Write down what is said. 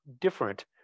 different